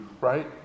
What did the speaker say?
right